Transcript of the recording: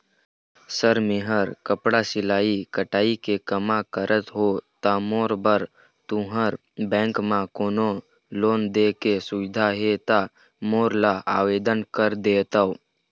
Sir मेहर कपड़ा सिलाई कटाई के कमा करत हों ता मोर बर तुंहर बैंक म कोन्हों लोन दे के सुविधा हे ता मोर ला आवेदन कर देतव?